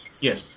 Yes